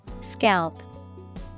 Scalp